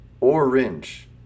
Orange